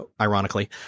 ironically